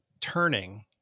turning